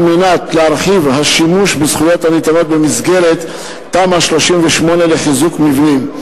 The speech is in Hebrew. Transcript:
על מנת להרחיב את השימוש בזכויות הניתנות במסגרת תמ"א 38 לחיזוק מבנים.